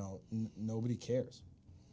know nobody cares